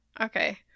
Okay